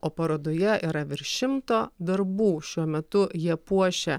o parodoje yra virš šimto darbų šiuo metu jie puošia